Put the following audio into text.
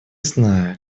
зная